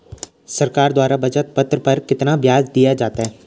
सरकार द्वारा बचत पत्र पर कितना ब्याज दिया जाता है?